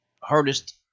hardest